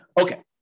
Okay